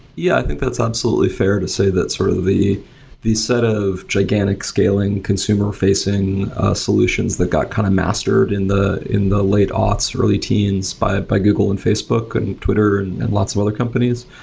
yeah, i think that's absolutely fair to say that's sort of the the set of gigantic scaling, consumer-facing solutions that got kind of mastered in the in the late aughts, early teens by by google and facebook and twitter and lots of other companies.